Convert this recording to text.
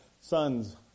sons